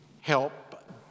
help